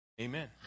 Amen